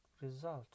result